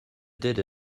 did